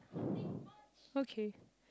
okay